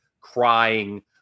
crying